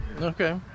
Okay